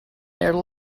their